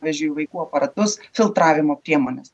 pavyzdžiui vaikų aparatus filtravimo priemones